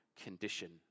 condition